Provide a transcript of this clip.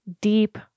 deep